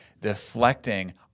deflecting